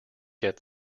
get